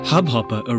Hubhopper